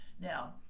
Now